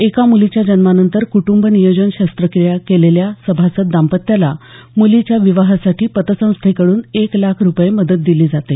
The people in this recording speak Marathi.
एका मुलीच्या जन्मानंतर कुटुंब नियोजन शस्त्रक्रिया केलेल्या सभासद दाम्पत्याला मुलीच्या विवाहासाठी पतसंस्थेकडून एक लाख रुपये मदत दिली जाते